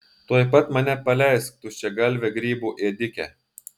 tuoj pat mane paleisk tuščiagalve grybų ėdike